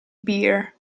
beer